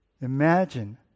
Imagine